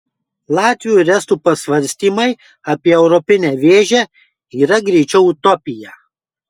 latvių ir estų pasvarstymai apie europinę vėžę yra greičiau utopija